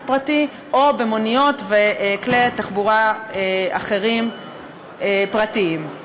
פרטי או במוניות וכלי תחבורה אחרים פרטיים.